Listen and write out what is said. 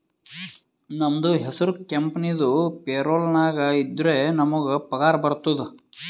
ನಮ್ದು ಹೆಸುರ್ ಕಂಪೆನಿದು ಪೇರೋಲ್ ನಾಗ್ ಇದ್ದುರೆ ನಮುಗ್ ಪಗಾರ ಬರ್ತುದ್